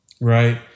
Right